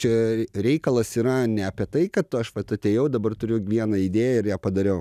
čia reikalas yra ne apie tai kad aš vat atėjau dabar turiu vieną idėją ir ją padariau